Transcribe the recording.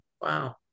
Wow